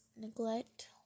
neglect